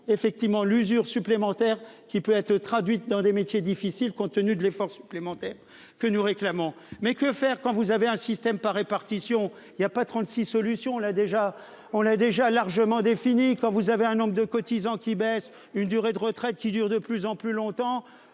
effectivement l'usure supplémentaire qui peut être traduites dans des métiers difficiles compte tenu de l'effort supplémentaire que nous réclamons mais que faire quand vous avez un système par répartition, il y a pas 36 solutions là déjà on l'a déjà largement défini quand vous avez un nombre de cotisants qui baisse une durée de retraite qui dure de plus en plus long.